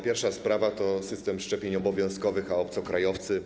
Pierwsza sprawa to system szczepień obowiązkowych i obcokrajowcy.